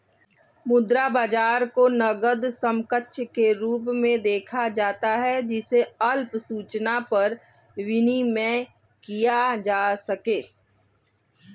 मुद्रा बाजार को नकद समकक्ष के रूप में देखा जाता है जिसे अल्प सूचना पर विनिमेय किया जा सके